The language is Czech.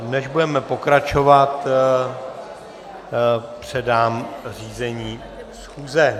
Než budeme pokračovat, předám řízení schůze.